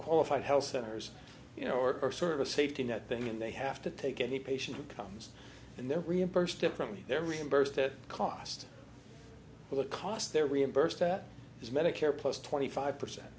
qualified health centers you know or are sort of a safety net thing and they have to take any patients who comes in there reimbursed differently their reimbursed the cost of the cost they're reimbursed at his medicare plus twenty five percent